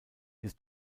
des